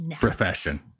profession